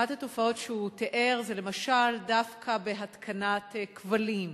אחת התופעות שהוא תיאר זה למשל דווקא בהתקנת כבלים,